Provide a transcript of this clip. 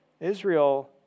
Israel